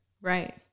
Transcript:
Right